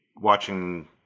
watching